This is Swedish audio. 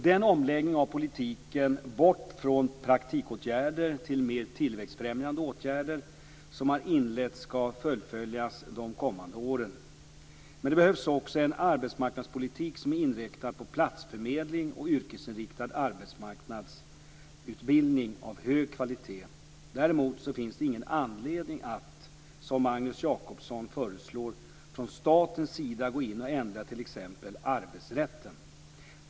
Den omläggning av politiken, bort från praktikåtgärder till mer tillväxtfrämjande åtgärder, som har inletts skall fullföljas de kommande åren. Men det behövs också en arbetsmarknadspolitik som är inriktad på platsförmedling och yrkesinriktad arbetsmarknadsutbildning av hög kvalitet. Däremot finns det ingen anledning att, som Magnus Jacobsson föreslår, från statens sida gå in och ändra t.ex. arbetsrätten.